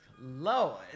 lord